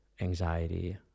anxiety